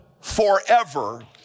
forever